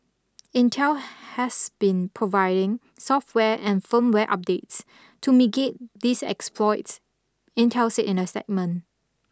Intel has been providing software and firmware updates migate these exploits Intel said in a statement